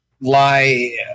lie